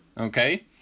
okay